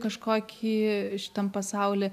kažkokį šitam pasauly